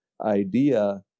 idea